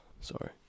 Sorry